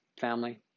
family